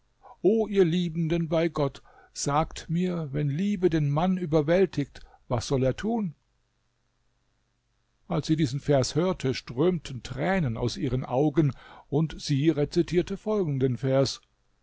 o ihr liebenden bei gott sagt mir wenn liebe den mann überwältigt was soll er tun als sie diesen vers hörte strömten tränen aus ihren augen und sie rezitierte folgenden vers